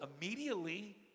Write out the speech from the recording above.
immediately